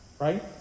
right